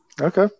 Okay